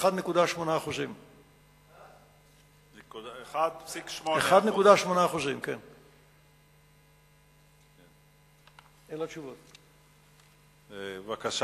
1.8%. אלה התשובות.